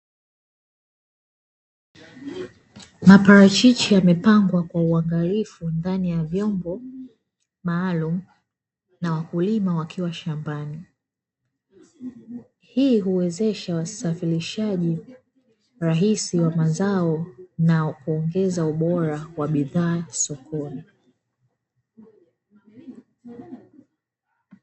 Maparachichi yamepangwa kwa uangalifu ndani ya vyombo maalumu na wakulima wakiwa shambani. Hii huwezesha usafirishaji rahisi wa mazao, na huongeza ubora wa bidhaa sokoni.